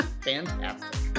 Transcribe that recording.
Fantastic